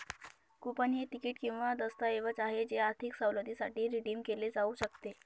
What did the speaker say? coupon हे ticket किंवा दस्तऐवज आहे जे आर्थिक सवलतीसाठी रिडीम केले जाऊ शकते